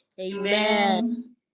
amen